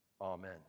Amen